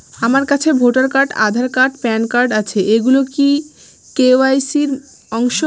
আমার কাছে voter card Aadhaar card PAN card আছে এগুলো কি কে.ওয়াই.সি র অংশ?